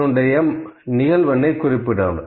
இங்கே நிகழ்வெண்ணை குறிப்பிட வேண்டும்